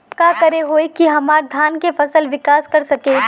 का करे होई की हमार धान के फसल विकास कर सके?